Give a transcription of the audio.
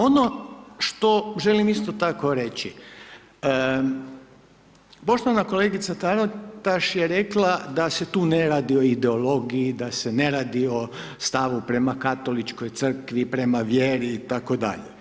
Ono što želim isto tako reći poštovana kolegica Taritaš je rekla da se tu ne radi o ideologiji, da se ne radi o stavu prema Katoličkoj crkvi, prema vjeri itd.